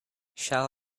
shall